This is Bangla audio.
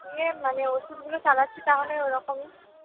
নিয়ে মানে ওষুধগুলো চালাচ্ছি তাহলে ওরকমই